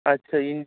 আচ্ছা ইন